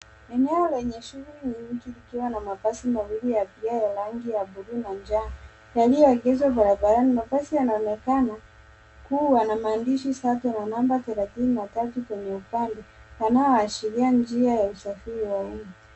Eneo lenye shughuli nyingi likiwa na mabasi mawili ya abiria ya rangi ya bluu na njano yaliyoegeshwa barabarani. Mabasi yanaonekana kuwa na maandishi safi na namba 33 kwenye upande yanayoashiria njia ya usafiri wa umma.